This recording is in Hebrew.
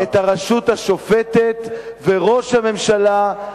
את הרשות השופטת, וראש הממשלה,